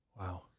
Wow